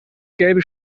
gelbe